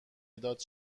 مداد